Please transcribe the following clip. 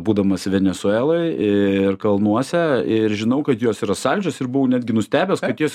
būdamas venesueloj ir kalnuose ir žinau kad jos yra saldžios ir buvau netgi nustebęs kad jos